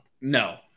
No